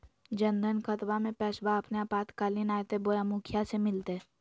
जन धन खाताबा में पैसबा अपने आपातकालीन आयते बोया मुखिया से मिलते?